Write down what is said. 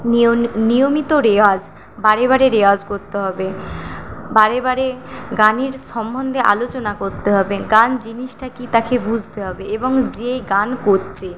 নিয়ম নিয়মিত রেওয়াজ বারেবারে রেওয়াজ করতে হবে বারেবারে গানের সম্বন্ধে আলোচনা করতে হবে গান জিনিসটা কি তাকে বুঝতে হবে এবং যে গান করছে